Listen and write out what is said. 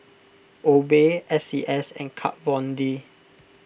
Obey S C S and Kat Von D